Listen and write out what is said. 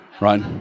right